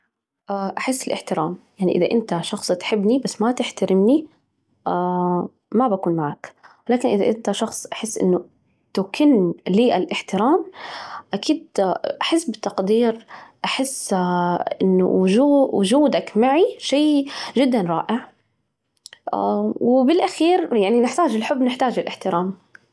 أحس الإحترام مهم جدًا، يعني إذا أنت شخص تحبني بس ما تحترمني ما بكون معاك، ولكن إذا أنت شخص أحس أنه تكن لي الاحترام أكيد أحس بالتقدير، أحس أنه وجودك معي شيء جدًا رائع، وبالأخير يعني نحتاج الحب، نحتاج الاحترام.